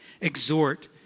exhort